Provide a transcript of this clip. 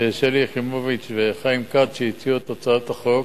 שלי יחימוביץ וחיים כץ, שהציעו את החוק,